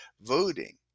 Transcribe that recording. voting